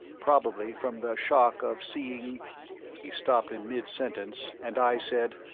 probably from the shock of seeing he stopped in mid-sentence, and i said,